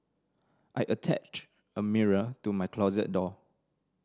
I attached a mirror to my closet door